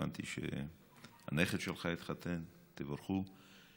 הבנתי שהנכד שלך התחתן, תבורכו.